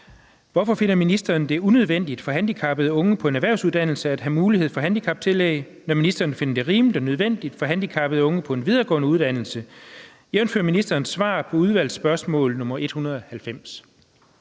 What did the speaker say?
Hvorfor finder ministeren det unødvendigt for handicappede unge på en erhvervsuddannelse at have mulighed for handicaptillæg, når ministeren finder det rimeligt og nødvendigt for handicappede unge på en videregående uddannelse, jf. ministerens svar på UFU, Alm. del, spørgsmål nr. 190?